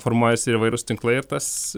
formuojasi įvairūs tinklai ir tas